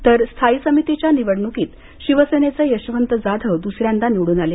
तर स्थायी समितीच्या निवडणूकीत शिवसेनेचे यशवंत जाधव दूसऱ्यांदा निवडून आले